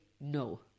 no